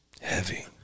Heavy